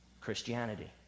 Christianity